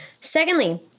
Secondly